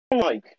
Mike